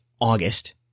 August